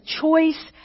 choice